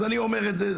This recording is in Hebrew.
אז אני אומר את זה.